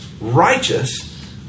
righteous